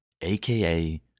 AKA